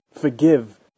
Forgive